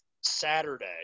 Saturday